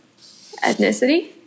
ethnicity